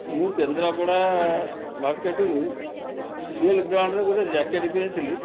ମୁଁ କେନ୍ଦ୍ରାପଡ଼ା ମାର୍କେଟ୍ରୁ ସିଲ୍ ବ୍ରାଣ୍ଡ୍ର ଗୋଟେ ଜ୍ୟାକେଟ୍ କିଣିଥିଲି